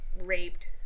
raped